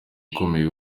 ukomeye